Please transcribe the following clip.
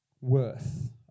worth